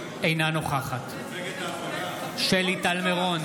אינה נוכחת שלי טל מירון,